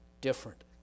different